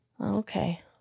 Okay